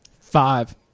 Five